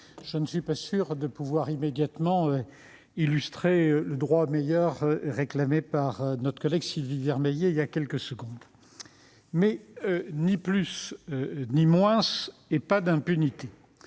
je ne suis pas sûr de pouvoir immédiatement illustrer le droit au meilleur réclamé par notre collègue Sylvie Vermeillet il y a quelques secondes. Ni plus ni moins et pas d'impunité